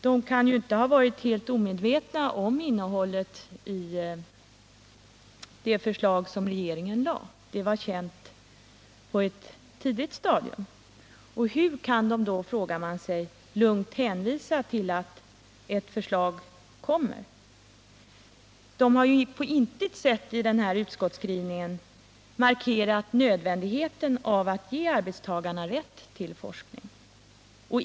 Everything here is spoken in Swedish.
De kan inte ha varit helt omedvetna om innehållet i det förslag som den gamla regeringen lade fram — det var känt på ett tidigt stadium. Hur kan de då lugnt hänvisa till att ett förslag kommer? De har på intet sätt i denna utskottsskrivning markerat nödvändigheten av att ge arbetstagarna rätt till forskning.